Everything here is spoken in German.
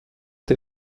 der